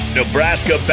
Nebraska